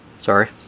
Sorry